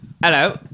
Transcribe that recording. Hello